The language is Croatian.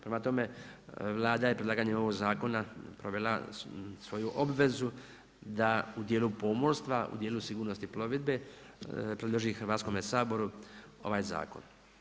Prema tome, Vlada je predlaganjem ovoga zakona provela svoju obvezu da u dijelu pomorstva, u dijelu sigurnosti plovidbe predloži Hrvatskome zakonu ovaj zakon.